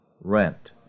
rent